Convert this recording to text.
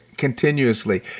Continuously